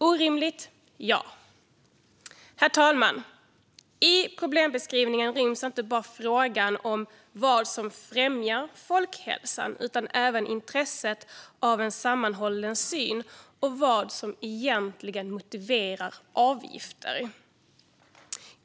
Orimligt? Ja. Herr talman! I problembeskrivningen ryms inte bara frågan om vad som främjar folkhälsan utan även intresset av en sammanhållen syn och vad som egentligen motiverar avgifter.